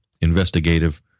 investigative